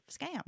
scam